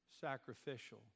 sacrificial